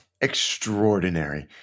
extraordinary